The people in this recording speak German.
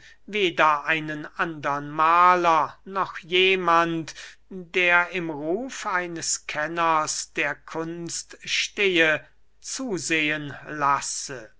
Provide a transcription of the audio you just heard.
weder einen andern mahler noch jemand der im ruf eines kenners der kunst stehe zusehen lasse